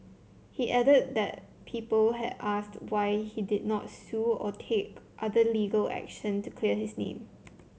he added that people had asked why he did not sue or take other legal action to clear his name